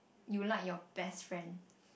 you like your best friend